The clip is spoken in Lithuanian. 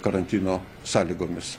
karantino sąlygomis